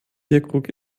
bierkrug